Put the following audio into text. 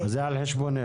אושרה הסתייגות מספר 72